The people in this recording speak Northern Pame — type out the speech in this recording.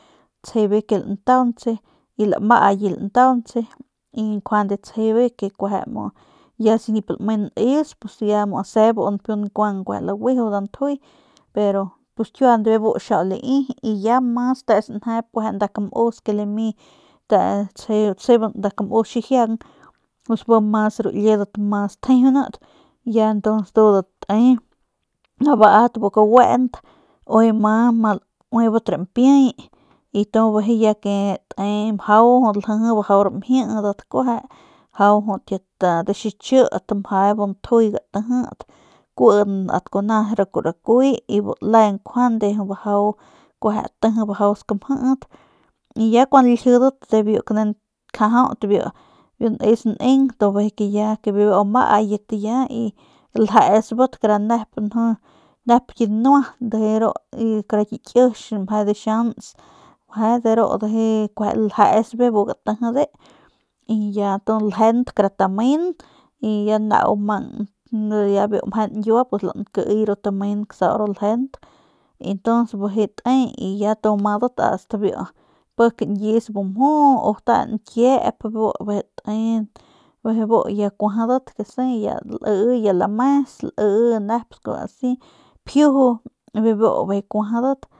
Tsjebe ke lantaunse y lamayi lantaunse y njuande tsjebe ke kueje mu ya si nip lame neus se bu mu npiu nkuang laguju nda ntjuy pero pus kiua be bu xiau lai ya mas te sanjep kueje nda kamus ke lami tseban nda kamus xijiang pus bi ru liedat mas tjejeunat ya tuns ndudat te abat bu kaguent ujuy ama lauebat rimpiay y bijiy ke ya te mjau ljiji bajau ramjidat kueje mjau kit de xichit meje bu ntjuy gatijit kuin at kuna ru rakuy y bu le njuande jut bajau tiji mjau skamjiit y ya kuandu laljidat de biu kane nkjajaut biu neus neng tu bijiy ke ya bibiu amayat ke ya ljeesbat kara nep nju nep ki danua ndujuy ru y kara ki kix meje dixiants mje de ru ndujuy kueje ljesbe bu gatijide y tu ya ljent kara tamen y ya nau meje nyiua pus lankiiy ru tamen kasau ru ljeunt y tu bijiy te y tu amadat ast biu pik ñkius bu mjuu u te ñkiep bijiy te bijiy bu ya kuajadat kese ya lii ya lames lii nep asi pjiuju bebu bijiy kuajadat.